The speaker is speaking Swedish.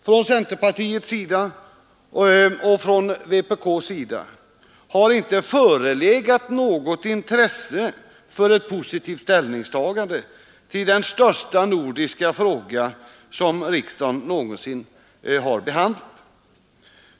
Från centerpartiet och från vpk har det inte förelegat något intresse för ett positivt ställningstagande till den största nordiska fråga som riksdagen någonsin har behandlat.